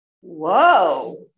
Whoa